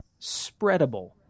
spreadable